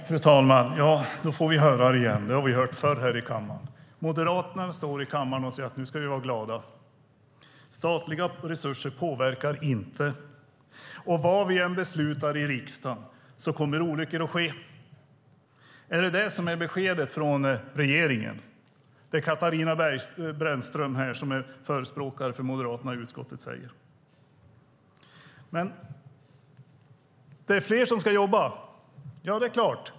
Fru talman! Nu får vi höra, vilket vi har hört förr här i kammaren, att Moderaterna står här och säger att vi ska vara glada, att statliga resurser inte påverkar detta och att olyckor kommer att ske vad vi än beslutar i riksdagen. Är detta beskedet från regeringen? Det är det som Katarina Brännström, som är Moderaternas företrädare från utskottet, säger. Det är fler som ska jobba. Ja, det är klart.